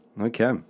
Okay